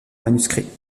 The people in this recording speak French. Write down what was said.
manuscrit